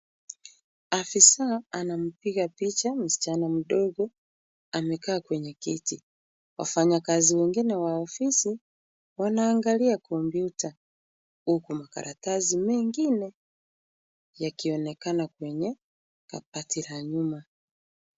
Afisa anampiga picha msichana mdogo amekaa kwenye kiti. Wafanyikazi wengine wa ofisi wanaangalia kompyuta huku makaratasi mengine yakionekana kwenye kabati la nyuma.